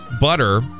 butter